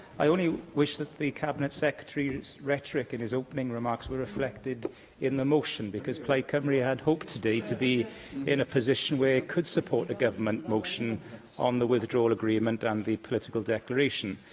i only wish that the cabinet secretary's rhetoric in his opening remarks were reflected in the motion, because plaid cymru had hoped today to be in a position where it could support a government motion on the withdrawal agreement and the political declaration.